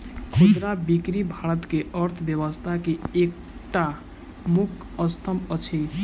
खुदरा बिक्री भारत के अर्थव्यवस्था के एकटा मुख्य स्तंभ अछि